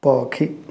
ପକ୍ଷୀ